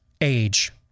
age